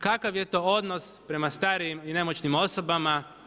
Kakav je to odnos prema starijim i nemoćnom osobama?